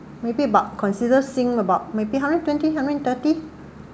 maybe about consider sing about maybe hundred twenty hundred and thirty